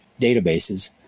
databases